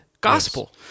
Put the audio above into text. gospel